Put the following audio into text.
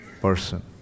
person